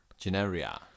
Generia